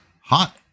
Hot